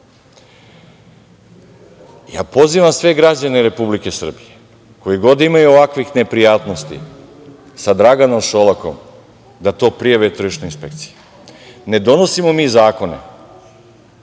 pozivam sve građane Republike Srbije koji imaju ovakvih neprijatnosti sa Draganom Šolakom da to prijave tržišnoj inspekciji. Ne donosimo mi zakone